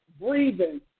breathing